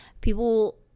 people